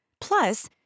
Plus